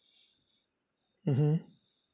mmhmm